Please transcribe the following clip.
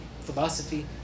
philosophy